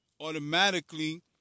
automatically